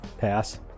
Pass